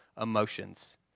emotions